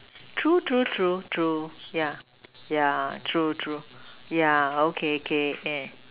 true true true true yeah yeah true true yeah okay okay eh